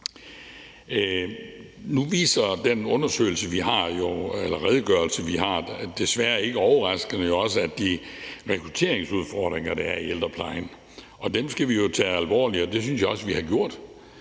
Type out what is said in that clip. Nu viser den undersøgelse eller den redegørelse, vi har, desværre ikke overraskende også de rekrutteringsudfordringer, der er i ældreplejen, og dem skal vi jo tage alvorligt, og det synes jeg også vi har gjort.